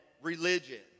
religion